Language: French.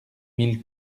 mille